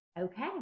Okay